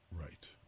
Right